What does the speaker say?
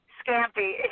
scampi